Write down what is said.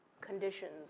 conditions